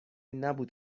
نبود